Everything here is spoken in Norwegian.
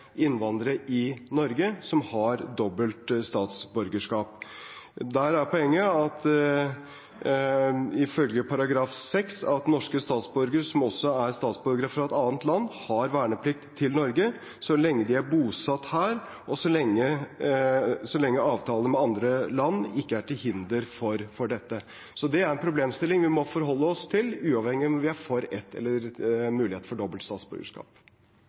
innvandrere i Norge som har dobbelt statsborgerskap. Der er poenget ifølge § 6 i forsvarsloven at «norske statsborgere som også er statsborgere av et annet land, har verneplikt i Norge så lenge de er bosatt her, og så lenge avtale med det andre landet ikke er til hinder for det». Så det er en problemstilling vi må forholde oss til, uavhengig av om vi er for ett statsborgerskap eller muligheten for å ha dobbelt